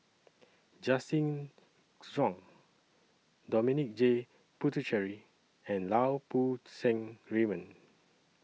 Justin Zhuang Dominic J Puthucheary and Lau Poo Seng Raymond